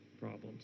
problems